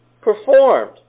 performed